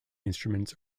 instruments